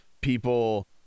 people